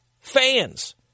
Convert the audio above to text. fans